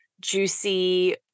juicy